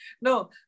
no